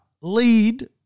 lead